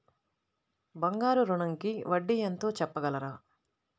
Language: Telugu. బంగారు ఋణంకి వడ్డీ ఎంతో చెప్పగలరా?